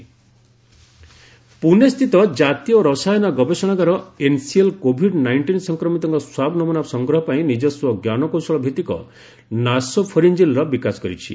NCL Pune ପୁଣେସ୍ଥିତ କାତୀୟ ରସାୟନ ଗବେଷଣାଗାର ଏନ୍ସିଏଲ୍ କୋଭିଡ୍ ନାଇଷ୍ଟିନ୍ ସଂକ୍ରମିତଙ୍କ ସ୍ୱାବ୍ ନମୁନା ସଂଗ୍ରହ ପାଇଁ ନିଜସ୍ୱ ଜ୍ଞାନକୌଶଳ ଭିଭିକ ନାସୋଫାରିଞ୍ଜିଲ୍ର ବିକାଶ କରିଛି